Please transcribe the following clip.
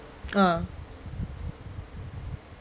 uh